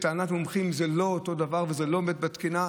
לטענת מומחים זה לא אותו דבר וזה לא עומד בתקינה,